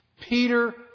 Peter